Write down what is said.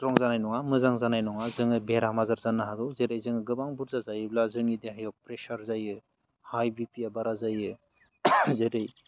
strong जानाय नङा मोजां जानाय नङा जोङो बेराम आजार जानो हागौ जेरै जोङो गोबां बुस्थु जायोब्ला जोंनि देहायाव प्रेशार जायो हाय बिपिआ बारा जायो जेरै